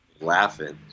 laughing